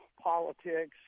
politics